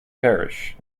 parish